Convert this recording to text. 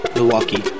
Milwaukee